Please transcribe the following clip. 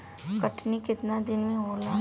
कटनी केतना दिन मे होला?